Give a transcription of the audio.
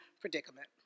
predicament